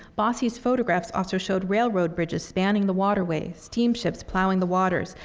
bosse's photographs also showed railroad bridges spanning the waterways, steamships plowing the waters,